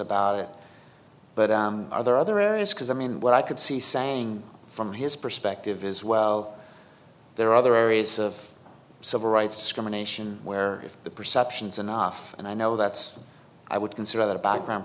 about it but other other areas because i mean what i could see saying from his perspective is well there are other areas of civil rights commission where if the perceptions enough and i know that's i would consider that a background